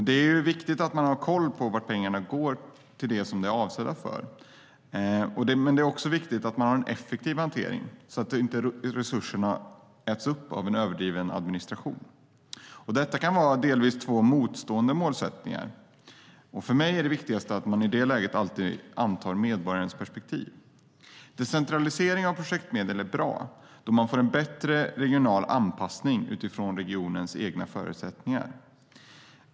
Det är viktigt att man har koll på att pengarna går till det som de är avsedda för, men det är också viktigt att man har en effektiv hantering så att inte resurserna äts upp av överdriven administration. Detta kan vara två delvis motstående målsättningar. För mig är det viktigaste att man i det läget alltid antar medborgarens perspektiv. Decentralisering av projektmedel är bra, då man får en bättre regional anpassning utifrån regionens egna förutsättningar.